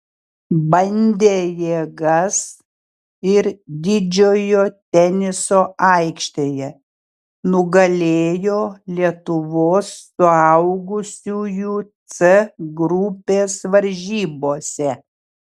bandė jėgas ir didžiojo teniso aikštėje nugalėjo lietuvos suaugusiųjų c grupės varžybose